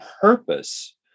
purpose